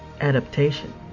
adaptation